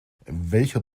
welcher